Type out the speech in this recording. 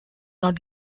not